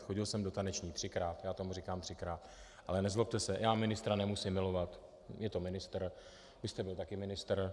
Chodil jsem do tanečních, třikrát, já tomu říkám třikrát, ale nezlobte se, já ministra nemusím milovat, je to ministr, vy jste byl také ministr.